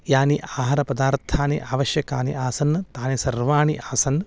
यानि आहारपदार्थानि आश्यकानि आसन् तानि सर्वाणि आसन्